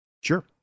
Sure